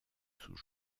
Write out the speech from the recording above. sous